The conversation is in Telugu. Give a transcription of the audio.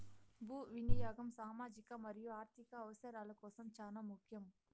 భూ వినియాగం సామాజిక మరియు ఆర్ధిక అవసరాల కోసం చానా ముఖ్యం